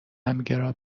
همگرا